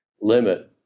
limit